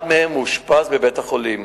אחד הבחורים מאושפז בבית-חולים.